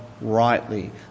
Rightly